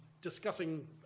discussing